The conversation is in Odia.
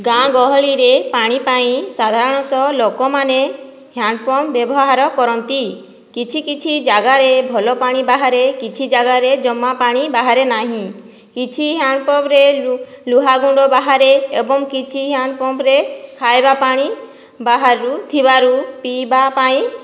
ଗାଁଗହଳିରେ ପାଣିପାଇଁ ସାଧାରଣତଃ ଲୋକମାନେ ହ୍ୟାଣ୍ଡପମ୍ପ ବ୍ୟବହାର କରନ୍ତି କିଛି କିଛି ଜାଗାରେ ଭଲପାଣି ବାହାରେ କିଛି ଜାଗାରେ ଜମାପାଣି ବାହାରେ ନାହିଁ କିଛି ହ୍ୟାଣ୍ଡପମ୍ପରେ ଲୁହାଗୁଣ୍ଡ ବାହାରେ ଏବଂ କିଛି ହ୍ୟାଣ୍ଡପମ୍ପରେ ଖାଇବାପାଣି ବାହାରୁ ଥିବାରୁ ପିଇବା ପାଇଁ